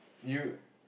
you